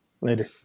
later